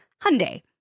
Hyundai